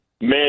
man